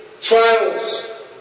trials